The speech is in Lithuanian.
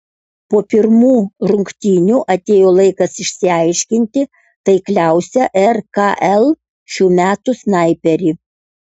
po pirmų rungtynių atėjo laikas išsiaiškinti taikliausią rkl šių metų snaiperį